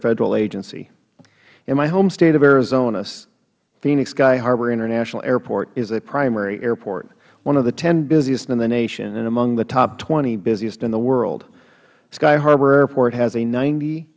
federal agency in my home state of arizona phoenix sky harbor international airport is a primary airport one of the ten busiest in the nation and among the top twenty busiest in the world sky harbor airport has a ninety